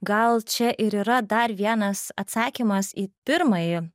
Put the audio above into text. gal čia ir yra dar vienas atsakymas į pirmąjį